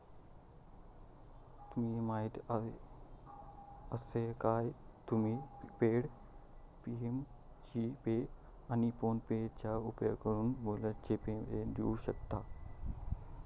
तुका माहीती आसा काय, तुम्ही पे.टी.एम, जी.पे, आणि फोनेपेचो उपयोगकरून बिलाचे पैसे देऊ शकतास